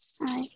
Hi